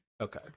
Okay